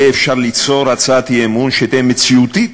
יהיה אפשר ליצור הצעת אי-אמון שתהיה מציאותית